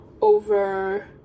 over